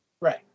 Right